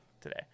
today